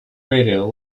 radio